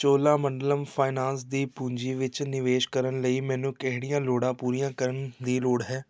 Cholamandalam finance ਦੀ ਪੂੰਜੀ ਵਿੱਚ ਨਿਵੇਸ਼ ਕਰਨ ਲਈ ਮੈਨੂੰ ਕਿਹੜੀਆਂ ਲੋੜਾਂ ਪੂਰੀਆਂ ਕਰਨ ਦੀ ਲੋੜ ਹੈ